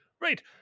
Right